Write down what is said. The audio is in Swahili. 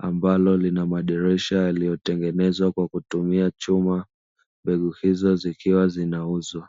ambalo lina madirisha yaliyotengenezwa kwa kutumia chuma, mbegu hizo zikiwa zinauzwa.